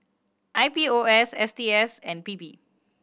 I P O S S T S and P P